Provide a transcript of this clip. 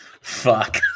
fuck